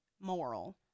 moral